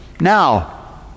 Now